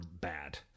bad